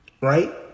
Right